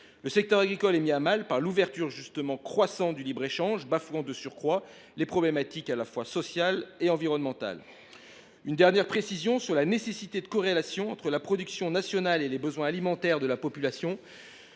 Le secteur agricole est mis à mal par l’ouverture croissante au libre échange, bafouant, de surcroît, les problématiques sociales et environnementales. Préciser la nécessaire corrélation entre la production nationale et les besoins alimentaires de la population